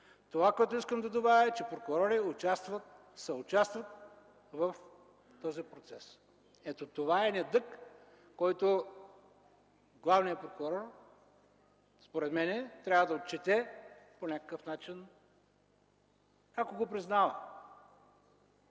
насилие. Искам да добавя, че прокурори съучастват в този процес. Това е недъг, който главният прокурор според мен трябва да отчете по някакъв начин, ако го признава.